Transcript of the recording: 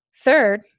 Third